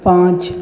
पाँच